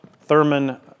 Thurman